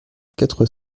quatre